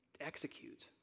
execute